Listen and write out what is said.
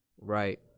right